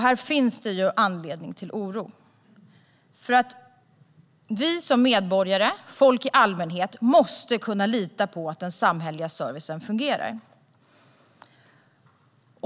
Här finns anledning till oro, för vi som medborgare, folk i allmänhet, måste kunna lita på att den samhälleliga servicen fungerar.